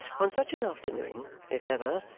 on such an afternoon, if ever,